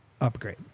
upgrade